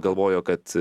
galvojo kad